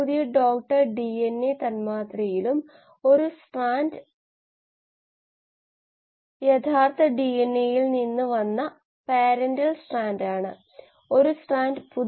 അതിനാൽ അവസാന ഭാഗത്ത് നമ്മൾ യഥാർത്ഥത്തിൽ മറ്റേതെങ്കിലും ജീവികളിൽ നിന്ന് ജീൻ എടുക്കുകയും ഹോസ്റ്റ് ജീവിയിൽ പ്രകടിപ്പിക്കുകയും ചെയ്യുക ഇതാണ് ഞാൻ സംസാരിച്ചുകൊണ്ടിരുന്ന പുനർസംയോജന ഡിഎൻഎ സാങ്കേതികവിദ്യ ഇത് കൂടുതൽ ഉൽപാദിപ്പിക്കുന്നതിന് കോശത്തിൽ മാറ്റം വരുത്തുന്നതിനുള്ള ഒരു മാർഗമാണ്